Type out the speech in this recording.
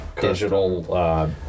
digital